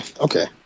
okay